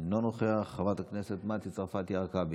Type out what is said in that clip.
אינו נוכח, חברת הכנסת מטי צרפתי הרכבי,